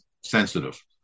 sensitive